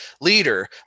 leader